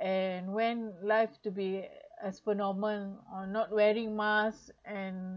and when life to be as per normal uh not wearing masks and